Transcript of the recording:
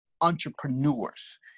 entrepreneurs